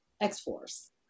X-Force